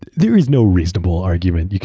there is no reasonable argument.